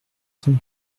cent